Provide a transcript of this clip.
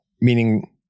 meaning